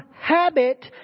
habit